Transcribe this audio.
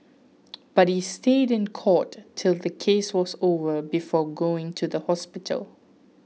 but he stayed in court till the case was over before going to the hospital